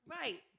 right